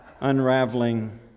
unraveling